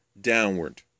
downward